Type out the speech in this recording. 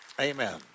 Amen